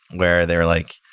where they're like,